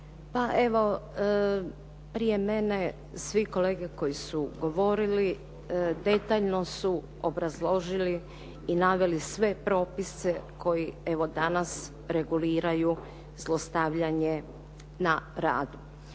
Pa evo, prije mene svi kolege koji su govorili detaljno su obrazložili i naveli sve propise koji evo danas reguliraju zlostavljanje na radu.